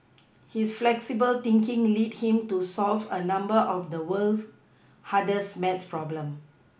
his flexible thinking lead him to solve a number of the world's hardest math problems